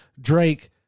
drake